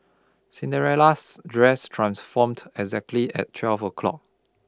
Cinderella's dress transformed exactly at twelve o' clock